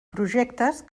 projectes